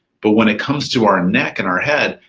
but when it comes to our neck and our head,